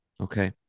Okay